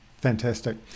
Fantastic